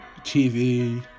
TV